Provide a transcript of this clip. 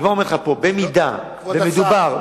במידה שמדובר,